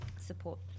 support